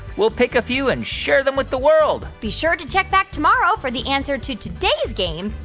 we'll pick a few and share them with the world be sure to check back tomorrow for the answer to today's game.